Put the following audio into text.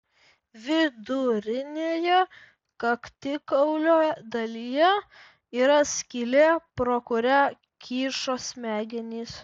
vidurinėje kaktikaulio dalyje yra skylė pro kurią kyšo smegenys